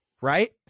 right